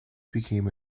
became